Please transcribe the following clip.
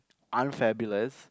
Unfabulous